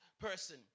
person